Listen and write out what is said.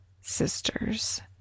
sisters